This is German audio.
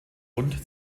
und